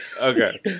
Okay